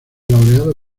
laureado